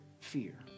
fear